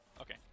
okay